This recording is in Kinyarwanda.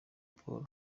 paul